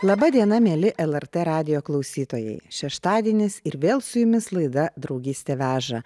laba diena mieli lrt radijo klausytojai šeštadienis ir vėl su jumis laida draugystė veža